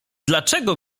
dlaczego